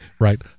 right